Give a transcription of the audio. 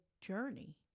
journey